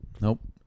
Nope